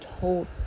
told